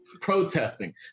protesting